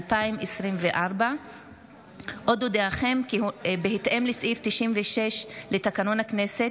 2024. עוד אודיעכם כי בהתאם לסעיף 96 לתקנון הכנסת,